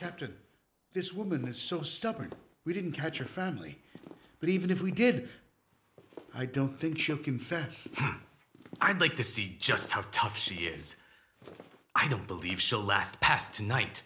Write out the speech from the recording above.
to this woman so stubborn we didn't hurt your family but even if we did i don't think she'll confess i'd like to see just how tough she is i don't believe so last pass tonight